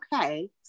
okay